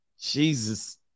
Jesus